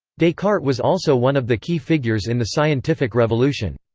descartes was also one of the key figures in the scientific revolution.